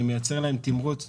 אני מייצר להם תמרוץ.